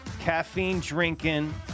caffeine-drinking